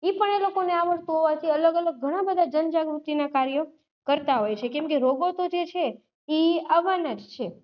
એ પણ એ લોકોને આવડતું હોવાથી અલગ અલગ ઘણાં બધા જન જાગૃતિનાં કાર્યો કરતાં હોય છે કેમકે રોગો તો જે છે એ આવવાના જ છે